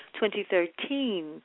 2013